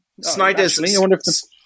Snyder's